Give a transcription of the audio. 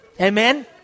Amen